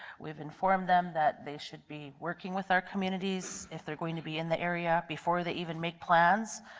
we have informed them that they should be working with our communities, if they are going to be in the area before they even make plans.